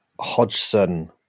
Hodgson